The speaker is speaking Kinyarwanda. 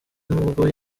nubwo